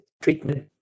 treatment